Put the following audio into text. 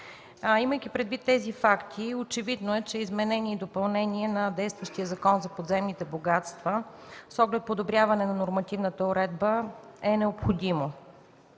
Имайки предвид тези факти очевидно, че изменение и допълнение на действащия Закон за подземните богатства с оглед подобряване на нормативната уредба, е необходимо.